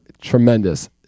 tremendous